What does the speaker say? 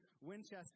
Winchester